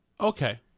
Okay